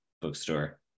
bookstore